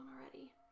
already